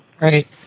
Right